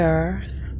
earth